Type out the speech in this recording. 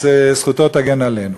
אז זכותו תגן עלינו.